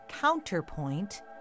counterpoint